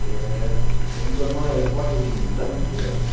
ए हुन्छ मलाई पठाइ दिनुहुन्छ